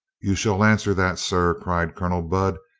you shall answer that, sir cried colonel budd.